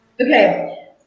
okay